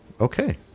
okay